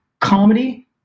Comedy